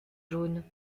jaune